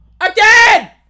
Again